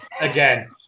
Again